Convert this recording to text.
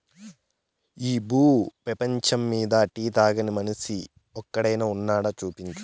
ఈ భూ పేపంచమ్మీద టీ తాగని మనిషి ఒక్కడైనా వున్నాడా, చూపించు